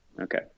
Okay